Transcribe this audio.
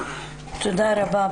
תודה רבה.